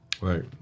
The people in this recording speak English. Right